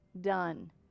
Done